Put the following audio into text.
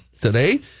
Today